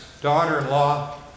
daughter-in-law